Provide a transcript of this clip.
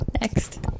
Next